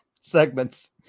segments